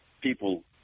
people